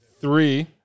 Three